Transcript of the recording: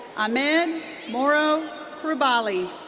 ahmed morro krubally.